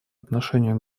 отношению